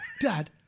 Dad